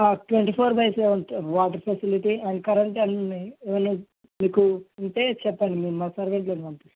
twenty four by seven sir water facility and current అన్నీ ఉన్నాయి మీకు ఉంటే చెప్పండి మా సర్వెంట్లను పంపిస్తాము సార్